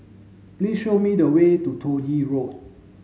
please show me the way to Toh Yi Road